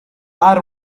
are